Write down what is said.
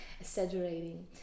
exaggerating